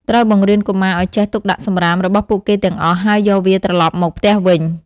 ត្រូវបង្រៀនកុមារឱ្យចេះ ទុកដាក់សំរាម របស់ពួកគេទាំងអស់ ហើយយកវាត្រឡប់មកផ្ទះវិញ។